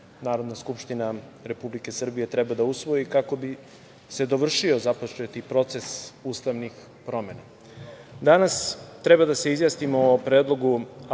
Narodna skupština Republike Srbije treba da usvoji kako bi se dovršio započeti proces ustavnih promena. Danas treba da se izjasnimo o Predlogu